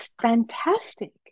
fantastic